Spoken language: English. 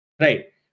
right